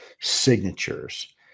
signatures